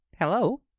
Hello